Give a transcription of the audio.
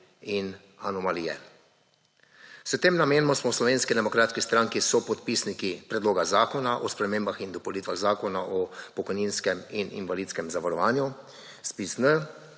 in anomalije. S tem namenom smo v Slovenski demokratski stranki sopodpisniki Predloga zakona o spremembah in dopolnitvah Zakona o pokojninskem in invalidskem zavarovanju /